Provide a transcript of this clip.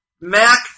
Mac